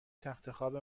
تختخواب